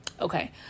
Okay